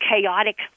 chaotic